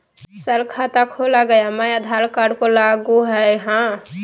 Sir खाता खोला गया मैं आधार कार्ड को लागू है हां?